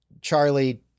Charlie